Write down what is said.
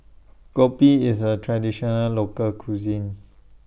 Kopi IS A Traditional Local Cuisine